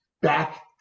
back